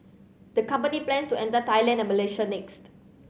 the company plans to enter Thailand and Malaysia next